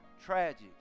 Tragic